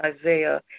Isaiah